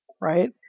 right